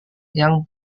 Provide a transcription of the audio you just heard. yang